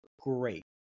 great